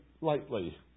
lightly